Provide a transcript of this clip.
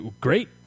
great